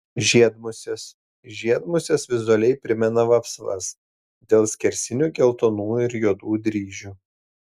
žiedmusės žiedmusės vizualiai primena vapsvas dėl skersinių geltonų ir juodų dryžių